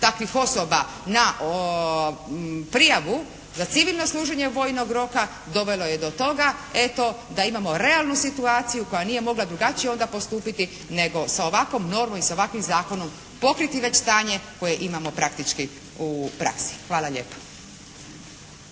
takvih osoba na prijavu za civilno služenje vojnog roka dovelo je do toga eto da imamo realnu situaciju koja nije mogla drugačije onda postupiti, nego sa ovakvom normom i sa ovakvim zakonom pokriti već stanje koje imamo praktički u praksi. Hvala lijepa.